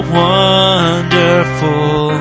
wonderful